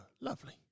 Lovely